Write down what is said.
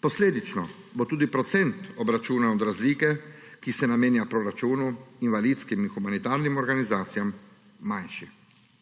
Posledično bo tudi procent, obračunan od razlike, ki se namenja proračunu, invalidskim in humanitarnim organizacijam, manjši.